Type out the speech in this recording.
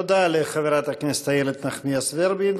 תודה לחברת הכנסת איילת נחמיאס ורבין.